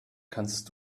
kannst